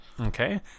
Okay